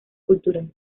cultural